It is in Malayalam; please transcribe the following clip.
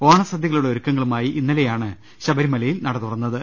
ഓണ സദ്യകളുടെ ഒരുക്കങ്ങളുമായി ഇന്നലെയാണ് ശബരിമലയിൽ നട തുറന്നത്